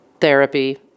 therapy